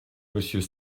monsieur